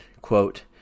quote